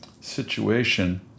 situation